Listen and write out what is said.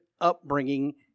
upbringing